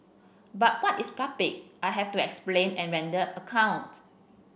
but what is public I have to explain and render account